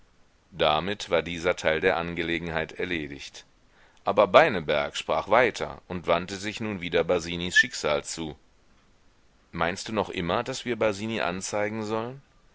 damit war dieser teil der angelegenheit erledigt aber beineberg sprach weiter und wandte sich nun wieder basinis schicksal zu meinst du noch immer daß wir basini anzeigen sollen